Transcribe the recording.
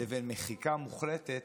לבין מחיקה מוחלטת,